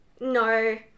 no